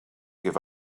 give